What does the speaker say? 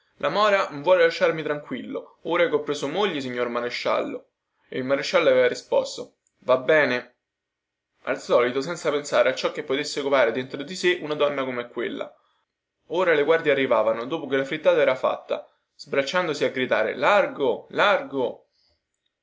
la mora non vuole lasciarmi tranquillo ora che ho preso moglie signor maresciallo e il maresciallo aveva risposto va bene al solito senza pensare a ciò che potesse covare dentro di sè una donna come quella ora le guardie arrivavano dopo che la frittata era fatta sbracciandosi a gridare largo largo